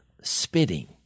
spitting